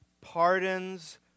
pardons